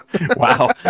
wow